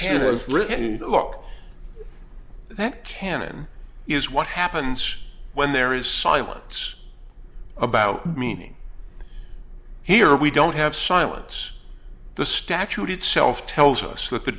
is written the law that canon is what happens when there is silence about meaning here we don't have silence the statute itself tells us that the